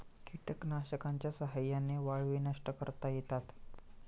कीटकनाशकांच्या साह्याने वाळवी नष्ट करता येतात